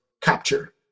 capture